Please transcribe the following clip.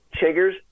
chiggers